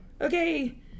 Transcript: okay